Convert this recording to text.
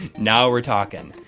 now we're talkin'!